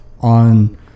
on